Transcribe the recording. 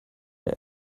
der